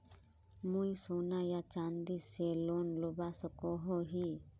मुई सोना या चाँदी से लोन लुबा सकोहो ही?